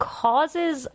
causes